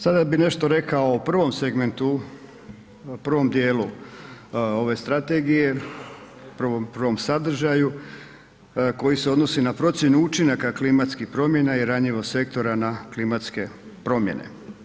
Sada bih nešto rekao o prvom segmentu, prvom dijelu ove strategije, prvo sadržaju koji se odnosi na procjenu učinaka klimatskih promjena i ranjivost sektora na klimatske promjene.